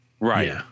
Right